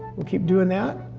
we'll keep doing that.